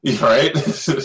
Right